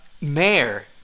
Mayor